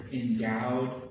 endowed